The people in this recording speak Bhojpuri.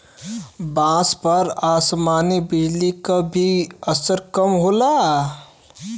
बांस पर आसमानी बिजली क भी असर कम होला